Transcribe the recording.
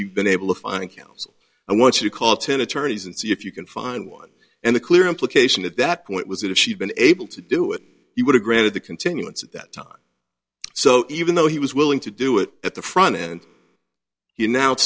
you've been able to find i want to call ten attorneys and see if you can find one and the clear implication that that point was that if she'd been able to do it he would have granted the continuance at that time so even though he was willing to do it at the front end you now